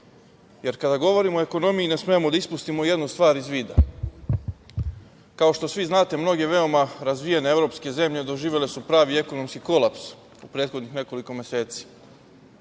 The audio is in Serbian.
kada govorimo o ekonomiji, ne smemo da ispustimo jednu stvar iz vida. Kao što svi znate, mnoge veoma razvijene evropske zemlje doživele su pravi ekonomski kolaps u prethodnih nekoliko meseci.